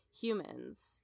humans